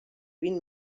vint